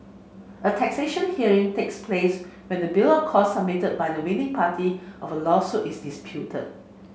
a taxation hearing takes place when the bill of costs submitted by the winning party of a lawsuit is disputed